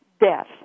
death